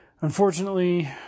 unfortunately